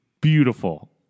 beautiful